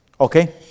Okay